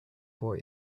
boy